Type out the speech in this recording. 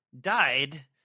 died